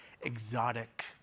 exotic